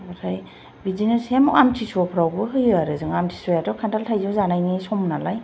ओमफ्राय बिदिनो सेम आमतिसुवाफ्रावबो होयो आरो जों आमतिसुवायाथ' खान्थाल थाइजौ जानायनि सम नालाय